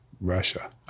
Russia